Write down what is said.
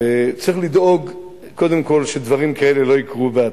שצריך לדאוג קודם כול שדברים כאלה לא יקרו בעתיד: